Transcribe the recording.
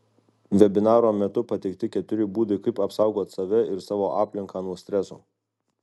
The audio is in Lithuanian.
vebinaro metu pateikti keturi būdai kaip apsaugot save ir savo aplinką nuo streso